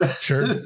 Sure